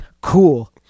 cool